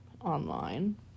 online